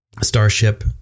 Starship